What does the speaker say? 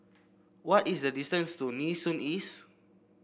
what is the distance to Nee Soon East